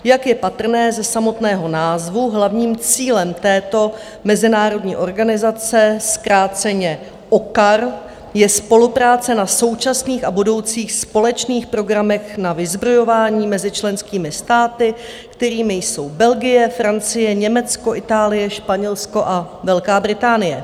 Jak je patrné ze samotného názvu, hlavním cílem této mezinárodní organizace, zkráceně OCCAR, je spolupráce na současných a budoucích společných programech na vyzbrojování mezi členskými státy, kterými jsou Belgie, Francie, Německo, Itálie, Španělsko a Velká Británie.